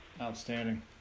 Outstanding